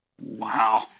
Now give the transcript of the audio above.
wow